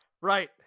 Right